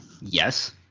yes